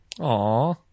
Aw